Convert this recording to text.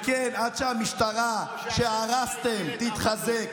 וכן, עד שהמשטרה שהרסתם תתחזק,